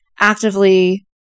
actively